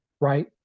right